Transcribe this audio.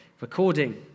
recording